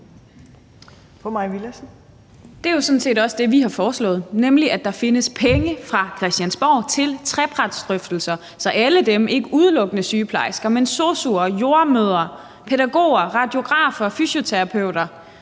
set også det, vi har foreslået, nemlig at der findes penge fra Christiansborg til trepartsdrøftelser, så alle, ikke udelukkende sygeplejersker, men sosu'er, jordemødre, pædagoger, radiografer, fysioterapeuter,